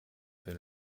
für